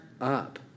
up